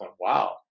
wow